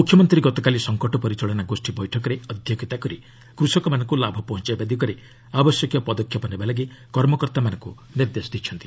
ମୁଖ୍ୟମନ୍ତ୍ରୀ ଗତକାଲି ସଙ୍କଟ ପରିଚାଳନା ଗୋଷ୍ଠୀ ବୈଠକରେ ଅଧ୍ୟକ୍ଷତା କରି କୃଷକମାନଙ୍କୁ ଲାଭ ପହଞ୍ଚାଇବା ଦିଗରେ ଆବଶ୍ୟକ ପଦକ୍ଷେପ ନେବାଲାଗି କର୍ମକର୍ତ୍ତାମାନଙ୍କ ନିର୍ଦ୍ଦେଶ ଦେଇଛନ୍ତି